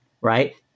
right